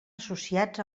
associats